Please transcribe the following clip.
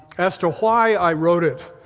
as to why i wrote it.